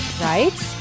Right